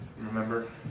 remember